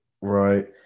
Right